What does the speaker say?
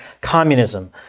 communism